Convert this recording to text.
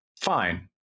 fine